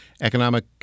economic